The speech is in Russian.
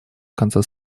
конце